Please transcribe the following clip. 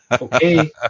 okay